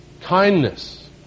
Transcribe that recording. kindness